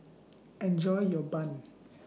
Enjoy your Bun